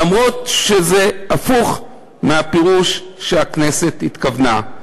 למרות שזה הפוך מהפירוש שהכנסת התכוונה לו.